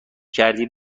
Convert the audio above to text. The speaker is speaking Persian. کردی